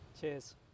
cheers